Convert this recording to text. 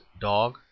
dog